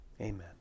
amen